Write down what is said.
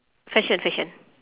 fashion fashion